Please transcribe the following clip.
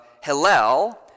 Hillel